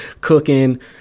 cooking